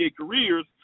careers